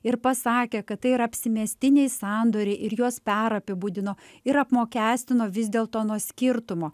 ir pasakė kad tai yra apsimestiniai sandoriai ir juos perapibūdino ir apmokestino vis dėl to nuo skirtumo